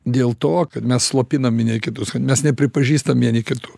dėl to kad mes slopinam vieni kitus kad mes nepripažįstam vieni kitų